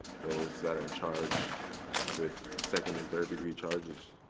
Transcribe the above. those that are charged with second and third degree charges.